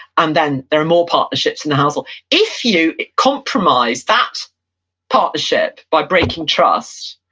and then there are more partnerships in the household. if you compromise that partnership by breaking trust,